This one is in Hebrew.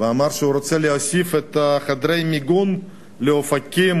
ואמר שהוא רוצה להוסיף את חדרי המיגון לאופקים,